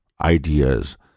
ideas